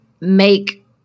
make